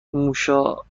موشا